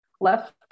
left